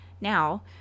now